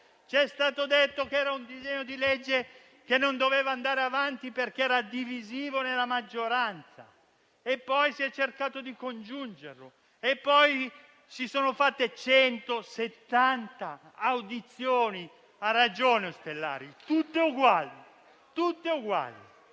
Ci è stato detto che quel disegno di legge non doveva andare avanti perché era divisivo nella maggioranza, poi si è cercato di congiungerlo, poi sono state fatte 170 audizioni - ha ragione Ostellari - tutte uguali.